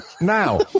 now